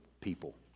people